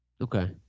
Okay